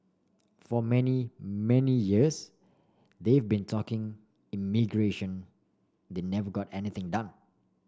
for many many years they've been talking immigration they never got anything done